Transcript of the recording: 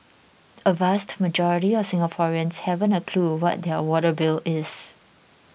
a vast majority of Singaporeans haven't a clue what their water bill is